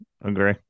Agree